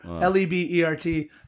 L-E-B-E-R-T